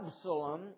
Absalom